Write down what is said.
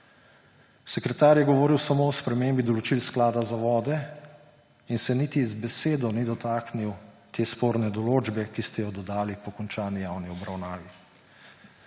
Sekretar je govoril samo o spremembi določil Sklada za vode in se niti z besedo ni dotaknil te sporne določbe, ki ste jo dodali po končani javni obravnavi.